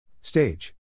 Stage